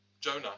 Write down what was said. Jonah